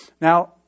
Now